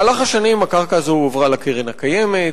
במהלך השנים הקרקע הזאת הועברה לקרן הקיימת,